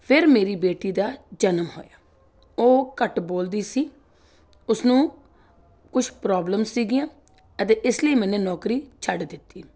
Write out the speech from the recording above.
ਫਿਰ ਮੇਰੀ ਬੇਟੀ ਦਾ ਜਨਮ ਹੋਇਆ ਉਹ ਘੱਟ ਬੋਲਦੀ ਸੀ ਉਸਨੂੰ ਕੁਛ ਪ੍ਰੋਬਲਮ ਸੀਗੀਆਂ ਅਤੇ ਇਸ ਲਈ ਮੈਨੇ ਨੌਕਰੀ ਛੱਡ ਦਿੱਤੀ